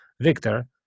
Victor